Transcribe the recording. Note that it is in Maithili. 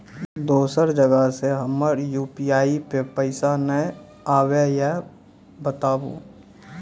दोसर जगह से हमर यु.पी.आई पे पैसा नैय आबे या बताबू?